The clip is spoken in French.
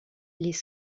les